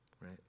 right